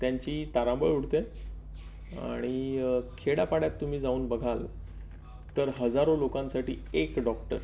त्यांची तारांबळ उडते आणि खेडापाड्यात तुम्ही जाऊन बघाल तर हजारो लोकांसाठी एक डॉक्टर